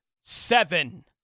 Seven